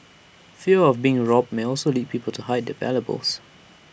fear of being robbed may also lead people to hide their valuables